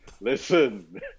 listen